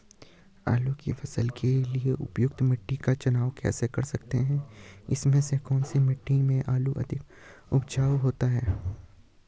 आलू की फसल के लिए उपयुक्त मिट्टी का चयन कैसे कर सकते हैं इसमें से कौन सी मिट्टी में आलू अधिक उपजाऊ होता है?